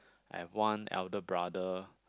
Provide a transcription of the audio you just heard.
and one elder brother